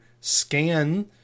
scan